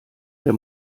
der